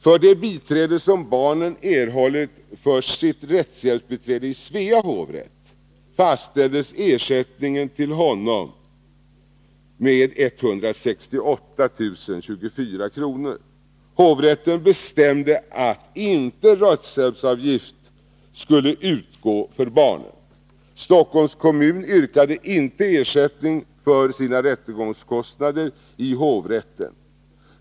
För det biträde som barnen erhållit av sitt rättshjälpsbiträde i Svea hovrätt fastställdes ersättningen till honom till 168 024 kr. Hovrätten bestämde att rättshjälpsavgift inte skulle utgå för barnen. Stockholms kommun yrkade inte ersättning för sina rättegångskostnader i hovrätten.